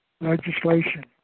legislation